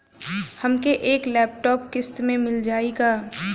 हमके एक लैपटॉप किस्त मे मिल जाई का?